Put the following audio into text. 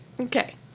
Okay